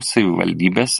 savivaldybės